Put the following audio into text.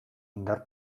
indar